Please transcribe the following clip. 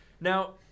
Now